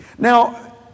now